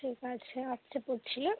ঠিক আছে আর্টসে পড়ছিলে